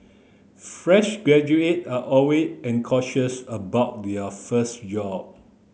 fresh graduate are always anxious about their first job